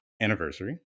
anniversary